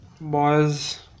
boys